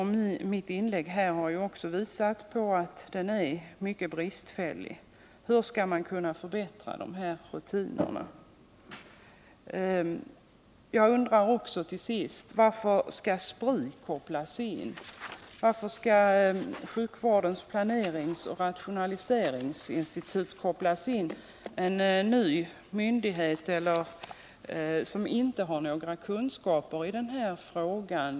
Mitt inlägg här har ju visat att kontrollen är mycket bristfällig. Hur skall man kunna förbättra dessa rutiner? 4. Jag undrar också varför Spri skall kopplas in? Varför skall sjukvårdens planeringsoch rationaliseringsinstitut kopplas in, en ny myndighet som inte har några kunskaper på detta område?